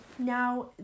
Now